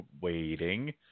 waiting